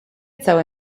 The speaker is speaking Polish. całe